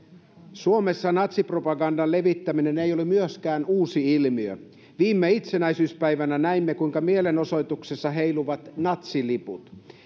suomessa natsipropagandan levittäminen ei ole myöskään uusi ilmiö viime itsenäisyyspäivänä näimme kuinka mielenosoituksessa heiluivat natsiliput